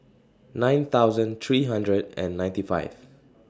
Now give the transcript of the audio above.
nine thousand three hundred and ninety five